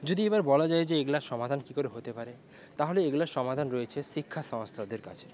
যদি এবার বলা যায় যে এগুলোর সমাধান কি করে হতে পারে তাহলে এইগুলার সমাধান রয়েছে শিক্ষা সংস্থাদের কাছে